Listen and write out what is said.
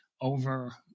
over